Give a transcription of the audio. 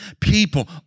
people